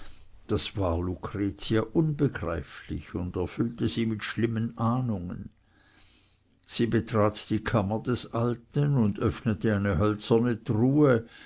das war lucretia unbegreiflich und erfüllte sie mit schlimmen ahnungen sie betrat die kammer des alten und öffnete eine hölzerne truhe